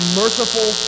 merciful